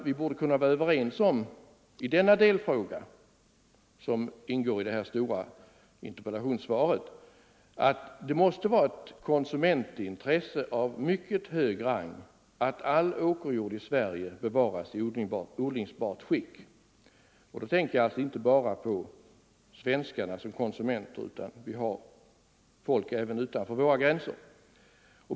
Vi borde i denna fråga, som ingår i det stora interpellationssvaret, kunna vara överens om att det måste utgöra ett konsumentintresse av mycket hög rang att all åkerjord i Sverige bevaras i odlingsbart skick. Då tänker jag inte bara på svenskarna såsom konsumenter, utan jag tänker även på folk utanför våra gränser.